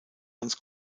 ganz